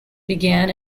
began